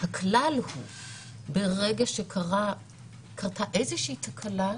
שהכלל הוא שברגע שקרתה איזושהי תקלה,